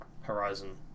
Horizon